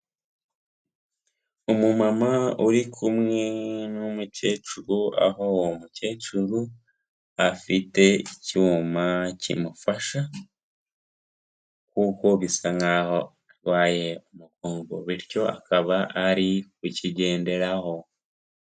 Umumama uri kumwe n'umukecuru aho uwo mukecuru afite icyuma kimufasha kuko bisa nk'aho arwaye umugongo bityo akaba ari kukigenderaho.